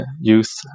youth